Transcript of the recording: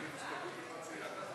ההסתייגות (24) של קבוצת סיעת המחנה